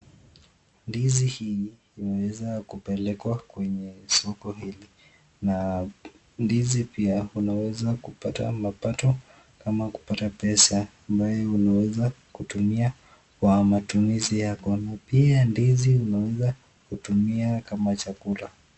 Ndizi hii inaweza kupelekwa kwenye soko hili na ndizi pia unaweza kupata mapato ama kupata pesa ambayo unaweza kutumia kwa matumizi yako na pia ndizi unaweza kutumia kama chakula.